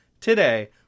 Today